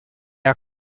are